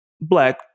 black